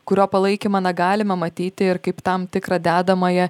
kurio palaikymą na galima matyti ir kaip tam tikrą dedamąją